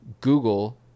google